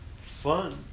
fun